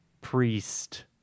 priest